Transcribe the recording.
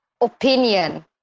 opinion